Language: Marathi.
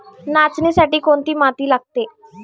नाचणीसाठी कोणती माती लागते?